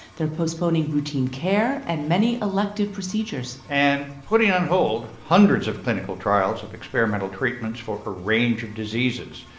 they're postponing routine care and many elective procedures and putting on hold hundreds of clinical trials of experimental treatments for a range of diseases.